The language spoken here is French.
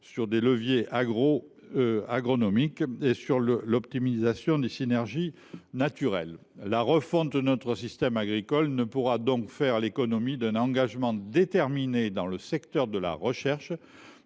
sur des leviers agronomiques et sur l’optimisation des synergies naturelles. C’est pourquoi la refonte de notre système agricole ne pourra se passer d’un engagement déterminé dans le secteur de la recherche.